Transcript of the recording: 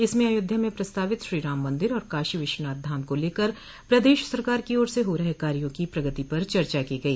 इसमें अयोध्या में प्रस्तावित श्रीराम मंदिर और काशी विश्वनाथ धाम को लेकर प्रदेश सरकार की ओर से हो रहे कार्यो की प्रगति पर चर्चा की गई